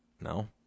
No